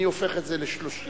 אני הופך את זה ל-30 דקות.